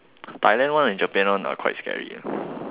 Thailand one and Japan one are quite scary